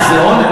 אז זה עונש?